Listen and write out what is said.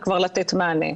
וכבר לתת מענה.